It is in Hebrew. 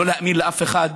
לא להאמין לאף אחד?